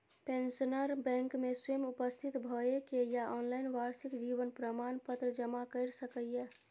pensioner bank मे स्वयं उपस्थित भए के या ऑनलाइन वार्षिक जीवन प्रमाण पत्र जमा कैर सकैए